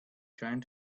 trying